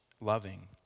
loving